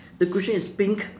the cushion is pink